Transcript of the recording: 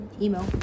Emo